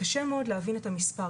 קשה מאוד להבין את המספר,